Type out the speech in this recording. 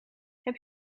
heb